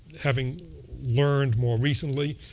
having learned more recently,